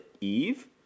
Eve